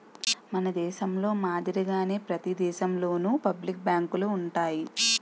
మన దేశంలో మాదిరిగానే ప్రతి దేశంలోనూ పబ్లిక్ బ్యాంకులు ఉంటాయి